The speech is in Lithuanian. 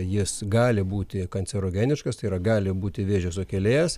jis gali būti kancerogeniškas tai yra gali būti vėžio sukėlėjas